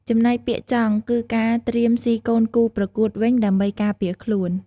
ចំណែកពាក្យ ចង់ គឺការត្រៀមស៊ីកូនគូប្រកួតវិញដើម្បីការពារខ្លួន។